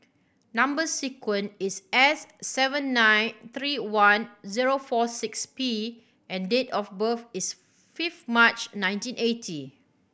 number sequence is S seven nine three one zero four six P and date of birth is fifth March nineteen eighty